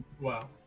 Wow